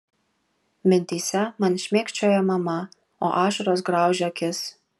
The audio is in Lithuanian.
mintyse man šmėkščioja mama o ašaros graužia akis